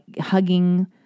hugging